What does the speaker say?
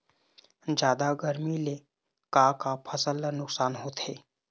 जादा गरमी ले का का फसल ला नुकसान होथे?